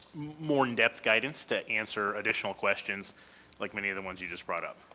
more in depth guidance to answer additional questions like many of the ones you just brought up.